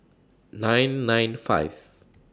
nine nine five